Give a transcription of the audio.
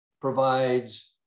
provides